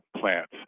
plants